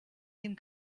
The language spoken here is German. dem